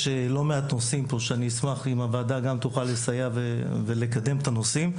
יש לא מעט נושאים ואשמח אם הוועדה תוכל לסייע ולקדם את הנושאים.